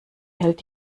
hält